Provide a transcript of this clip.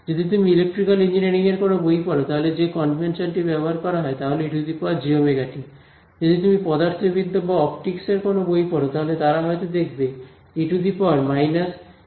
যদি তুমি ইলেকট্রিক্যাল ইঞ্জিনিয়ারিংয়ের কোনও বই পড়ো তাহলে যে কনভেনশন টি ব্যবহার করা হয় তা হল ejωt যদি তুমি পদার্থবিদ্যা বা অপটিকস এর কোনও বই পড়ো তাহলে তারা হয়তো দেখবে e−jωt ব্যবহার করেছে